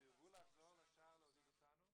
סירבו לחזור לשער להוריד אותנו,